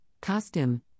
costume